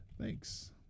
Thanks